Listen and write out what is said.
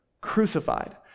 crucified